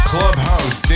Clubhouse